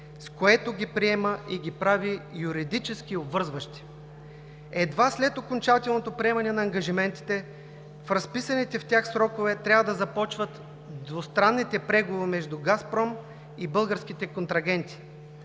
с което ги приема и ги прави юридически обвързващи. Едва след окончателното приемане на ангажиментите в разписаните в тях срокове трябва да започнат двустранните преговори между „Газпром“ и българските контрагенти